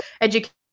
education